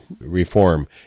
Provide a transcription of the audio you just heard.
reform